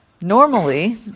normally